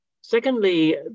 Secondly